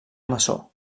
maçó